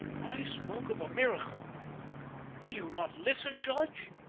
i spoke of a miracle will you not listen, judge?